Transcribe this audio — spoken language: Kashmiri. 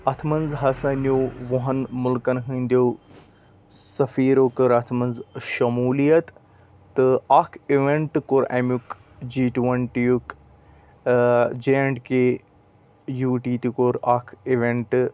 اَتھ منٛز ہسا نیو وُہَن مُلکن ۂندیو سٔفیٖرو کٔر اَتھ منٛز شمولیت تہٕ اکھ اِوینٹ کوٚو اَمیُک جی ٹوینٹیُک J and K U T تہِ کوٚر اکھ اِوینٛٹ